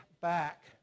back